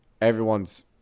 Everyone's